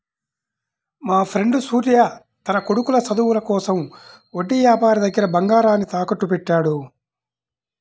మాఫ్రెండు సూర్య తన కొడుకు చదువుల కోసం వడ్డీ యాపారి దగ్గర బంగారాన్ని తాకట్టుబెట్టాడు